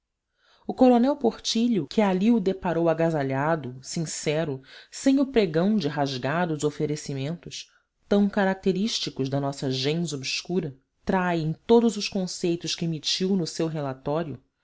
o coronel portillo que ali deparou agasalho sincero sem o pregão de rasgados oferecimentos tão característico da nossa gens obscura trai em todos os conceitos que emitiu no seu relatório